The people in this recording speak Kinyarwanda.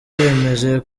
bemeje